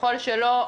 ככל שלא,